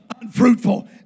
unfruitful